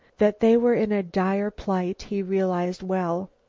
that they were in a dire plight, he realized well.